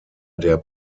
der